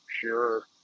Sure